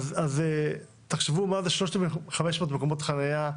תחשבו מה זה 3,500 מקומות חניה,